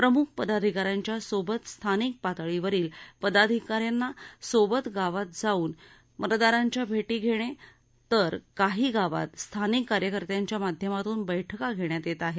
प्रमुख तसंच स्थानिक पातळीवरील पदाधिकाऱ्यांसोबत गावात जावून मतदारांच्या भेटी धेणं तर काही गावात स्थानिक कार्यकर्त्यांच्या माध्यमातून बैठका धेण्यात येत आहेत